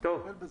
צריך לטפל בזה.